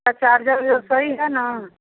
इसका चार्जर सही है ना